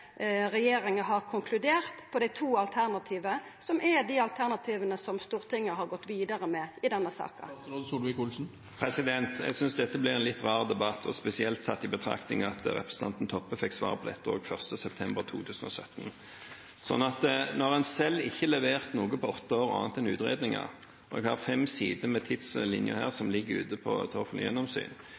har konkludert på dei to alternativa, som er dei alternativa som Stortinget har gått vidare med i denne saka. Jeg synes dette blir en litt rar debatt, spesielt tatt i betraktning av at representanten Toppe fikk svar på dette også 1. september 2017. Selv leverte en ikke noe på åtte år annet enn utredninger – og jeg har fem sider med tidslinje her som ligger ute til offentlig gjennomsyn